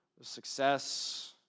success